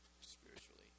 spiritually